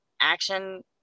action